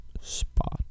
Spot